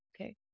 Okay